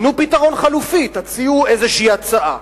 תנו פתרון חלופי, תציעו איזו הצעה.